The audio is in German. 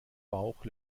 bauch